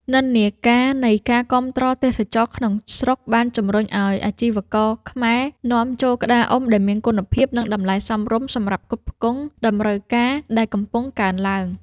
និន្នាការនៃការគាំទ្រទេសចរណ៍ក្នុងស្រុក បានជំរុញឱ្យអាជីវករខ្មែរនាំចូលក្តារអុំដែលមានគុណភាព និងតម្លៃសមរម្យសម្រាប់ផ្គត់ផ្គង់តម្រូវការដែលកំពុងកើនឡើង។